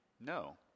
no